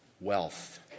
Wealth